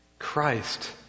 Christ